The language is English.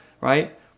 right